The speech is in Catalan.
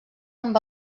amb